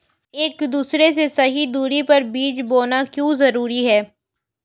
एक दूसरे से सही दूरी पर बीज बोना क्यों जरूरी है?